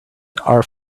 our